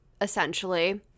Essentially